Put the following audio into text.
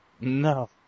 no